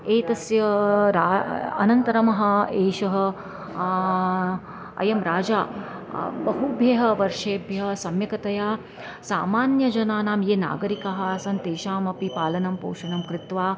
एतस्य रा अनन्तरमः एषः अयं राजा बहुभ्यः वर्षेभ्यः सम्यकतया सामान्यजनानां ये नागरिकाः आसन् तेषामपि पालनं पोषणं कृत्वा